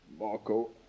Marco